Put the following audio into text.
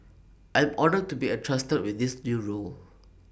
I am honoured to be entrusted with this new role